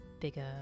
bigger